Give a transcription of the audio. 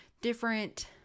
different